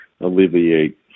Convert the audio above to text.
alleviate